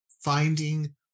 finding